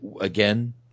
again